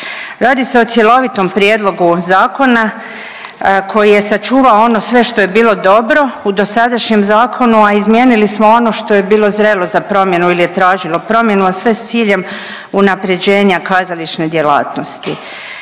Radi se o cjelovitom prijedlogu zakona koji je sačuvao ono sve što je bilo dobro u dosadašnjem zakonu, a izmijenili smo ono što je bilo zrelo za promjenu ili je tražilo promjenu, a sve s ciljem unaprjeđenja kazališne djelatnosti.